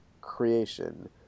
creation